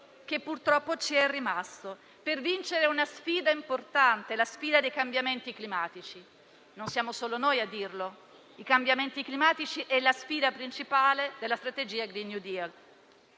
che purtroppo ci è rimasto per vincere una sfida importante, la sfida dei cambiamenti climatici. E non siamo solo noi a dirlo: i cambiamenti climatici sono la sfida principale della strategia *green new deal*